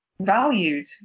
valued